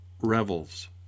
revels